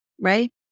Right